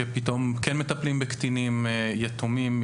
שפתאום כן מטפלים בקטינים יתומים,